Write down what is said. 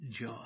joy